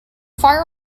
fire